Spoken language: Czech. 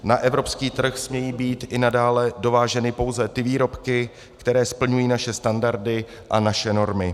Na evropský trh smějí být i nadále dováženy pouze ty výrobky, které splňují naše standardy a naše normy.